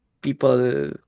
people